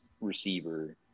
receiver